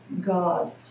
God